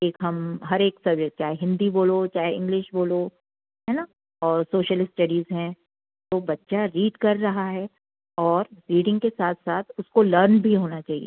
एक हम हर एक सब्जेक्ट चाहे हिन्दी बोलो चाहे इंग्लिश बोलो है न और सोशल इस्टडीज़ हैं तो बच्चा रीड कर रहा है और रीडिंग के साथ साथ उसको लर्न भी होना चाहिए